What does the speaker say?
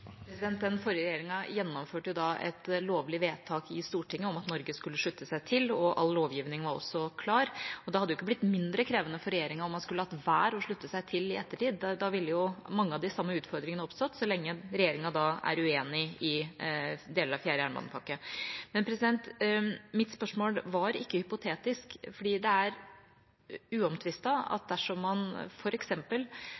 forrige regjeringa gjennomførte et lovlig vedtak i Stortinget om at Norge skulle slutte seg til, og all lovgivning var også klar. Det hadde jo ikke blitt mindre krevende for regjeringa om man skulle ha latt være å slutte seg til i ettertid. Da ville jo mange av de samme utfordringene oppstått, så lenge regjeringa er uenig i deler av fjerde jernbanepakke. Men mitt spørsmål var ikke hypotetisk, for det er